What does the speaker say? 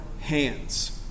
hands